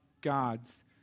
God's